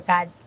God